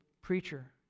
preacher